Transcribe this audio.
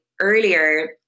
earlier